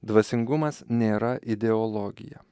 dvasingumas nėra ideologija